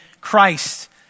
Christ